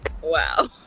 Wow